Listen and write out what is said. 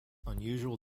unusual